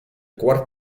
quart